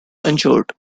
injured